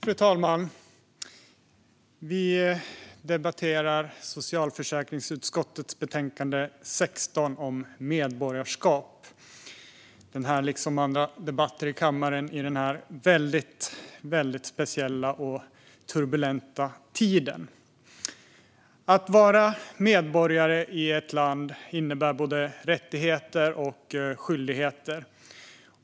Fru talman! Vi debatterar i denna speciella och turbulenta tid socialförsäkringsutskottets betänkande 2019/20:SfU16 om medborgarskap. Att vara medborgare i ett land innebär både rättigheter och skyldigheter.